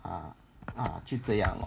ah ah 就这样 lor